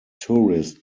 tourist